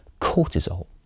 cortisol